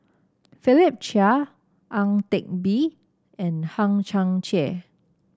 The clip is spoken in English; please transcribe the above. Philip Chia Ang Teck Bee and Hang Chang Chieh